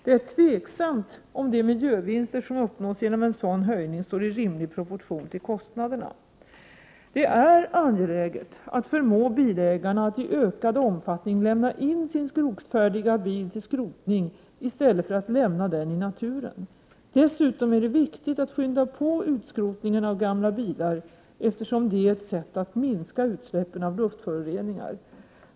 Det är osäkert om de miljövinster som uppnås genom en sådan höjning står i rimlig proportion till kostnaderna. Det är angeläget att förmå bilägarna att i ökad omfattning lämna in sin skrotfärdiga bil till skrotning i stället för att lämna den i naturen. Dessutom är det viktigt att skynda på utskrotningen av gamla bilar, eftersom det är ett sätt att minska utsläppen av luftföroreningar.